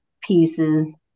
pieces